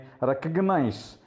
recognize